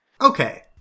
Okay